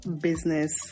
business